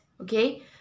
Okay